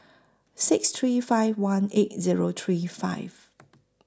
six three five one eight Zero three five